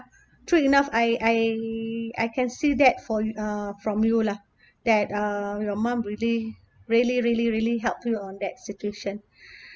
true enough I I I can see that for uh from you lah that uh your mum really really really really help you on that situation